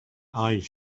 eyes